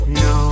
no